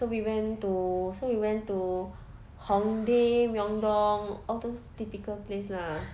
so we went to so we went to hongdae myeong-dong all those typical place lah